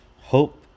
Hope